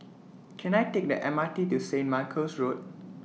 Can I Take The M R T to Saint Michael's Road